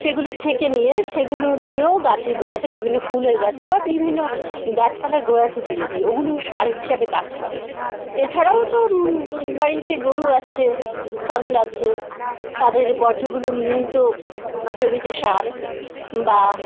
সেগুলো ছেঁকে নিয়ে সেগুলো নিয়েও গাছের গোড়াতে বিভিন্ন ফুলের গাছে বা বিভিন্ন গাছপালার গোড়াতে দিয়ে দিই ওগুলো সার হিসাবে কাজ করে এছাড়াও তো বাড়িতে গরু আছে ছাগল আছে তাদের বর্জ্যগুলো নিয়েই তো জমিতে সার বা